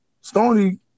Stoney